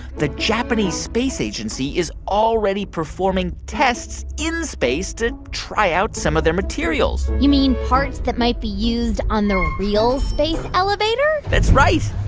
the japanese space agency is already performing tests in space to try out some of their materials you mean parts that might be used on the real space elevator? that's right